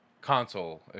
console